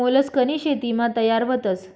मोलस्कनी शेतीमा तयार व्हतस